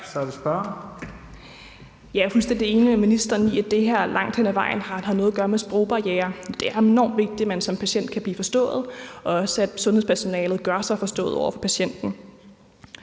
Jeg er fuldstændig enig med ministeren i, at det her langt hen ad vejen har noget at gøre med sprogbarrierer. Det er enormt vigtigt, at man som patient kan blive forstået, og at sundhedspersonalet også gør sig forståeligt over for patienten,